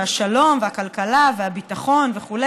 והשלום והכלכלה והביטחון וכו'.